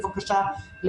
בבקשה,